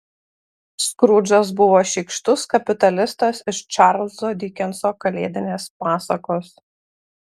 skrudžas buvo šykštus kapitalistas iš čarlzo dikenso kalėdinės pasakos